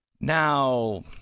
Now